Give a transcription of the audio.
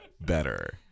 better